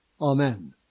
Amen